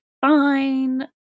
Fine